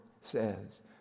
says